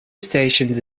stations